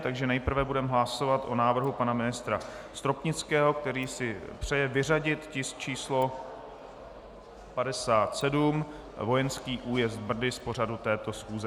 Takže nejprve budeme hlasovat o návrhu pana ministra Stropnického, který si přeje vyřadit tisk číslo 57, vojenský újezd Brdy, z pořadu této schůze.